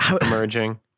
emerging